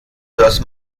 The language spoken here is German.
das